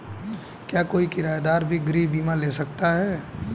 क्या कोई किराएदार भी गृह बीमा ले सकता है?